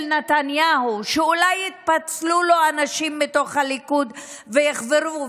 נתניהו שאולי יתפצלו לו אנשים מתוך הליכוד ויחזרו,